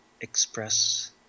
express